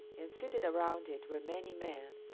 and seated around it were many men,